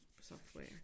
software